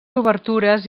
obertures